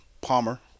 Palmer